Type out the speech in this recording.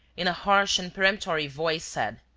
in a harsh and peremptory voice, said